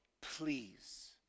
please